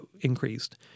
increased